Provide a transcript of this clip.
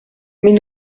mais